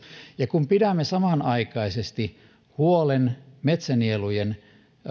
ja kun pidämme samanaikaisesti huolen metsänielujen